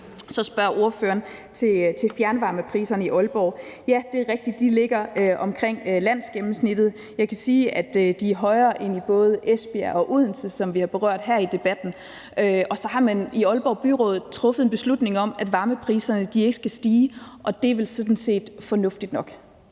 Så spørger fru Anne Paulin til fjernvarmepriserne i Aalborg. Ja, det er rigtigt, at de ligger omkring landsgennemsnittet. Jeg kan sige, at de er højere end i både Esbjerg og Odense, som vi har berørt her i debatten. Og så har man i Aalborg Byråd truffet en beslutning om, at varmepriserne ikke skal stige, og det er vel sådan set fornuftigt nok?